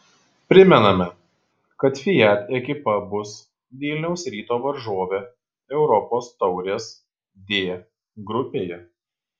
primename kad fiat ekipa bus vilniaus ryto varžovė europos taurės d grupėje